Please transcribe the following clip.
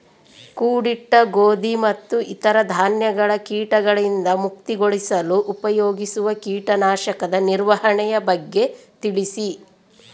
ಕೂಡಿಟ್ಟ ಗೋಧಿ ಮತ್ತು ಇತರ ಧಾನ್ಯಗಳ ಕೇಟಗಳಿಂದ ಮುಕ್ತಿಗೊಳಿಸಲು ಉಪಯೋಗಿಸುವ ಕೇಟನಾಶಕದ ನಿರ್ವಹಣೆಯ ಬಗ್ಗೆ ತಿಳಿಸಿ?